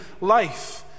life